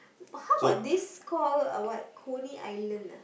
how about this call uh what Coney-Island ah